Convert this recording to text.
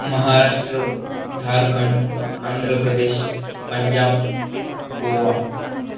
Maharashtra Jharkhand Andhra Pradesh Punjab Goa